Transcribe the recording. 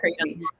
crazy